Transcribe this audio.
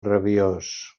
rabiós